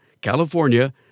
California